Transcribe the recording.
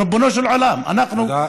ריבונו של עולם, אנחנו, תודה.